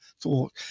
thought